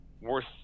worth